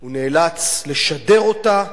הוא נאלץ לשדר אותה,